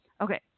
okay